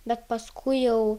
bet paskui jau